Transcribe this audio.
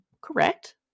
correct